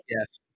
Yes